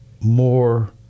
more